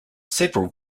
several